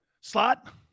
slot